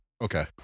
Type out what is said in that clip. Okay